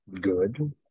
good